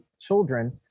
children